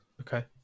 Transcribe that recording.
Okay